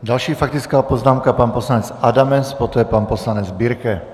Další faktická poznámka, pan poslanec Adamec, poté pan poslanec Birke.